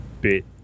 bit